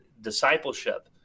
discipleship